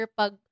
pag